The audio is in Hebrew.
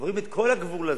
עוברים את כל הגבול הזה?